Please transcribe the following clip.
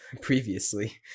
previously